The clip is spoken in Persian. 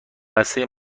بسته